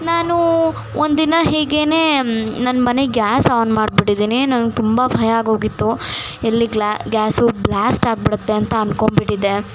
ನಾನು ಒಂದಿನ ಹೀಗೇ ನನ್ನ ಮನೆ ಗ್ಯಾಸ್ ಆನ್ ಮಾಡಿಬಿಟ್ಟಿದಿನಿ ನನಗೆ ತುಂಬ ಭಯ ಆಗೋಗಿತ್ತು ಎಲ್ಲಿ ಗ್ಯಾಸು ಬ್ಲಾಸ್ಟ್ ಆಗಿಬಿಡುತ್ತೆ ಅಂತ ಅನ್ಕೊಂಬಿಟ್ಟಿದ್ದೆ